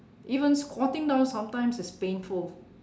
even squatting down sometimes is painful